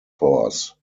force